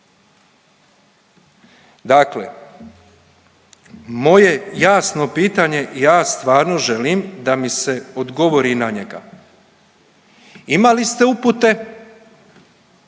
Dakle, moje jasno pitanje ja stvarno želim da mi se odgovori na njega. Imali ste upute,